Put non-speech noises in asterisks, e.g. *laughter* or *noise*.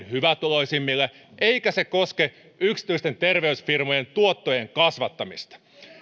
*unintelligible* hyvätuloisimmille eikä se koske yksityisten terveysfirmojen tuottojen kasvattamista